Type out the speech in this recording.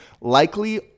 likely